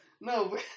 No